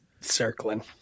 Circling